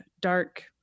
dark